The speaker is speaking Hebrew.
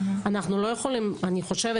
אני אומרת,